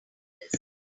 this